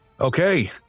Okay